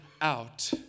out